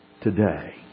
today